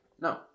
No